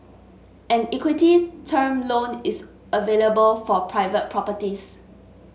an equity term loan is available for private properties